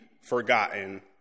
forgotten